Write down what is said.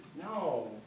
No